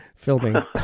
filming